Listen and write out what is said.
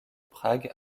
prague